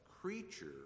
creature